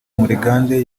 murigande